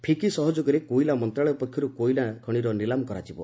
ଫିକି ସହଯୋଗରେ କୋଇଲା ମନ୍ତ୍ରଶାଳୟ ପକ୍ଷରୁ କୋଇଲା ଖଣିର ନିଲାମ କରାଯିବ